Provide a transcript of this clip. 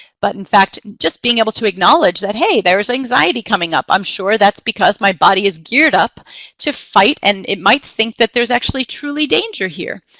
but in fact just being able to acknowledge that, hey, there is anxiety coming up. i'm sure that's because my body is geared up to fight, and it might think that there's actually truly danger here.